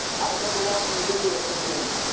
i remember watching the video thinking,